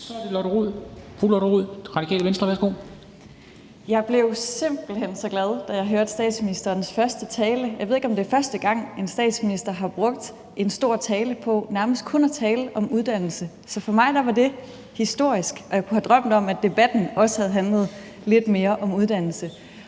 Kl. 00:10 Lotte Rod (RV): Jeg blev simpelt hen så glad, da jeg hørte statsministerens første tale. Jeg ved ikke, om det er første gang, en statsminister har brugt en stor tale på nærmest kun at tale om uddannelse. Så for mig var det historisk, og jeg kunne have drømt om, at debatten også havde handlet lidt mere om uddannelse.